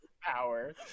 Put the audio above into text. power